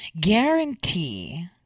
guarantee